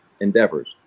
endeavors